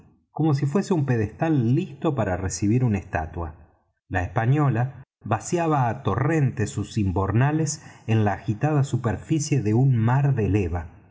como si fuese un pedestal listo para recibir una estatua la española vaciaba á torrentes sus imbornales en la agitada superficie de un mar de leva